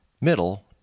middle